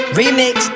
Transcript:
remix